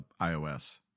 ios